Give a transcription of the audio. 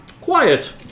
quiet